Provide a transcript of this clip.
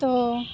تو